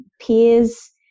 peers